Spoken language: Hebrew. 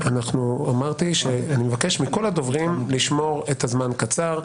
אמרתי שאני מבקש מכל הדוברים לשמור את הזמן קצר.